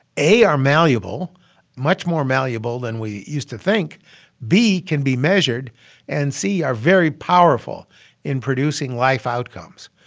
a, are malleable much more malleable than we used to think b, can be measured and, c, are very powerful in producing life outcomes.